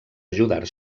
ajudar